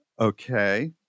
Okay